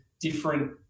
different